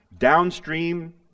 downstream